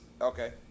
Okay